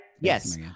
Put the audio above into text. Yes